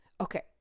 Okay